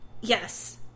Yes